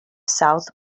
south